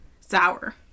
Sour